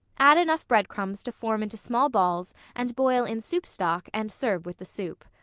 add enough bread-crumbs to form into small balls and boil in soup-stock and serve with the soup.